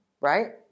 Right